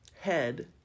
head